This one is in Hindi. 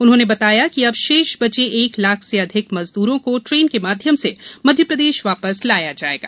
उन्होंने बताया कि अब शेष बचे एक लाख से अधिक मजदुरों को ट्रेन के माध्यम से मध्यप्रदेश वापस लाया जाएगा